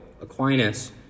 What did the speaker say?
Aquinas